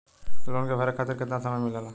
Loan के भरे खातिर कितना समय मिलेला?